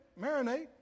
marinate